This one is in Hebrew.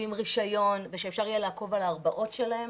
ועם רישיון כדי שאפשר יהיה לעקוב אחרי ההרבעות שלהם.